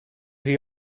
rhy